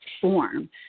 form